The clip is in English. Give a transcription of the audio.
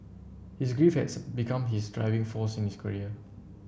his grief has become his driving force in his career